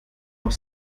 noch